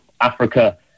Africa